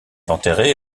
enterré